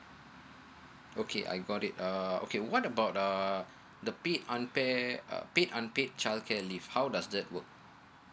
okay I got it uh okay what about the uh the pay unpaid paid unpaid childcare leave how does that work